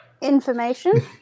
information